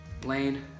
Blaine